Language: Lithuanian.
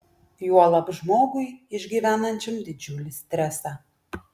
juolab žmogui išgyvenančiam didžiulį stresą